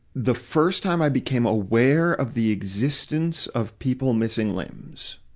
the first time i became aware of the existence of people missing limbs,